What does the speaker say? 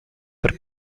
per